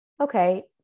Okay